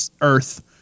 Earth